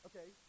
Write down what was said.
Okay